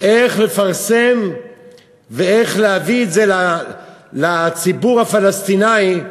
איך לפרסם ואיך להביא את זה לציבור הפלסטיני.